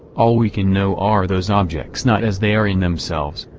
all we can know are those objects not as they are in themselves,